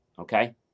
okay